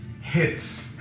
hits